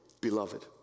beloved